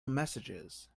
messages